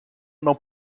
não